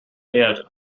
erde